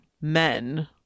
men